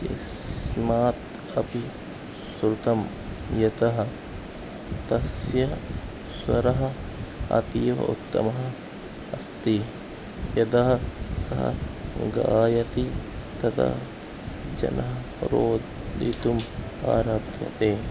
स्मात् अपि श्रुतं यतः तस्य स्वरः अतीव उत्तमः अस्ति यदा सः गायति तदा जनः रोदितुम् आरभ्यते